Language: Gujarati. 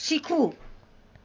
શીખવું